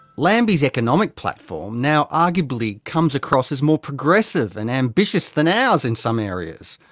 lambie's economic platform now arguably comes across as more progressive and ambitious than ours in some areas,